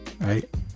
right